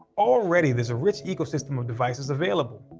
already there's a rich ecosystem of devices available.